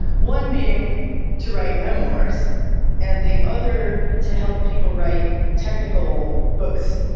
one being to write memoirs and the other, to help people write technical books,